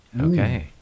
okay